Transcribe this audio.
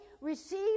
receive